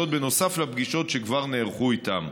נוסף לפגישות שכבר נערכו איתם.